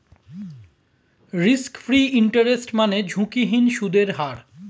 risk free interest মানে ঝুঁকিহীন সুদের হার